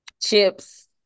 Chips